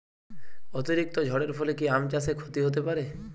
অতিরিক্ত ঝড়ের ফলে কি আম চাষে ক্ষতি হতে পারে?